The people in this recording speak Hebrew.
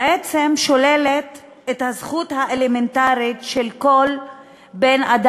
בעצם שוללת את הזכות האלמנטרית של כל בן-אדם,